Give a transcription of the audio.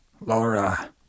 Laura